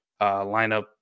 lineup